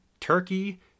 Turkey